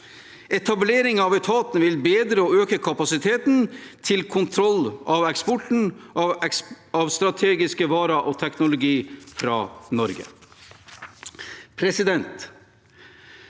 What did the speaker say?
Etableringen av etaten vil bedre og øke kapasiteten til kontroll av eksporten av strategiske varer og teknologi fra Norge.